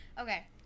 Okay